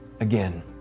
again